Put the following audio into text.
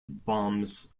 bombs